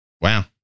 Wow